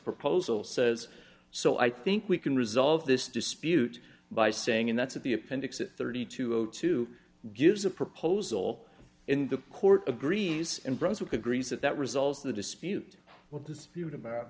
proposal says so i think we can resolve this dispute by saying that's it the appendix at thirty two o two gives a proposal in the court agrees and brunswick agrees that that result of the dispute will dispute about